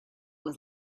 was